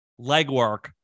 legwork